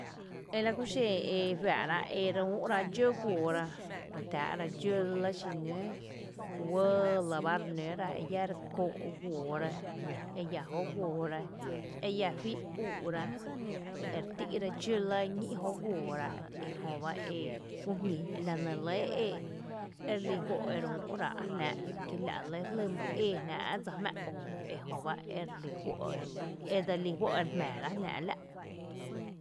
Ela kúxen e juⱥⱥ’ rá e úu’ra dxǿ guoora re tⱥⱥ’ ra dxǿ lɇ xinǿǿ uɇɇ lɇ ba re nǿ ra eiä re kóó’ guoora, re úu’ra guoora ere nǿ ra dxǿ lɇ kää mý xaa’ xí guoora jötu re nǿ ra dxǿ lɇ kää mý dxáa’ joguoora kö, re jmⱥⱥ ra Kó mý pee mý yǿǿ xí guoora jö re nǿra re nǿra mý dxáa’ jö guoora lanún kú jñi, jö ry ‘laa’ra jý jui úu’ra ka ñǿ’ juú úu’ra kö eku uɇɇ jy ‘laa e pi lǿǿ’ tⱥⱥ’ ela nún eri jíreúu’ra dxǿ guoora, la’ re lɇ e ‘nⱥ’ li üü’ guoora xiru e ‘naana ere úu’ra e dxǿ la’ ki la’ re lɇ e ée jnáa’ dsa jmⱥⱥ ooo ejöba edse lí juó’ e jmaara’ jnáa’ la’.